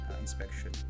inspection